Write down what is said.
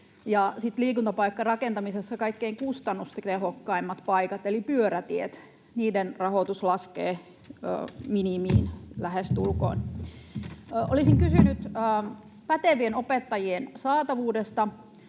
liikuntapaikkarakentamisessa kaikkein kustannustehokkaimpien paikkojen eli pyöräteiden rahoitus laskee lähestulkoon minimiin. Olisin kysynyt pätevien opettajien saatavuudesta: